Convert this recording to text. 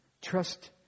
Trust